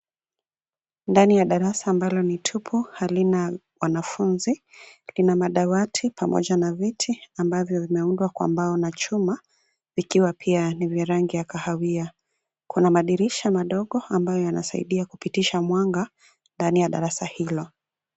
Ndani ya darasa ambalo ni tupu, halina wanafuzi. Lina madawati pamoja na viti ambavyo vimeundwa kwa mbao na chuma vikiwa pia ni vya rangi ya kahawia. Kuna madirisha madogo ambayo yanasaidia kupitisha mwanga ndani ya darasa hilo.